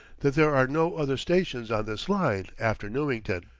that there are no other stations on this line, after newington.